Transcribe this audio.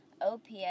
OPS